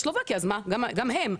וסלובקיה אז מה גם הם,